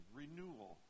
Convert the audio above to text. renewal